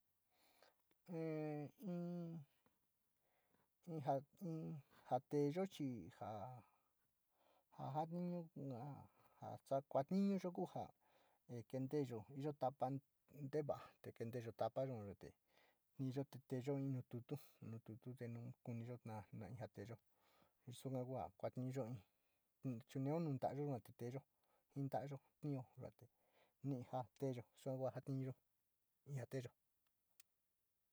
E in, in ja, in ja teeyo chi sakuatinuyo ku ja ni kenteeyo yotapo nteva, te kenteyo tapa yuana te kiyate te teeyo nu tutu, nu tutu te nu kuntiyo nu teeyo soka kuu kuotiyo chinao nu ntalayo yua te teeyo ji nta´ayo tio yuate ni jaa teeyo yua kua jatinuyo ni ja teeyo.